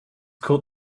called